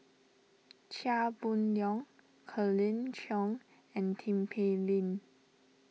Chia Boon Leong Colin Cheong and Tin Pei Ling